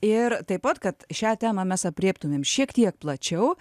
ir taip pat kad šią temą mes aprėptumėm šiek tiek plačiau